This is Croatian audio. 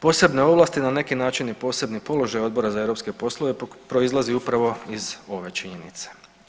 Posebne ovlasti na neki način i posebni položaj Odbora za europske poslove proizlazi upravo iz ove činjenice.